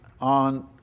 on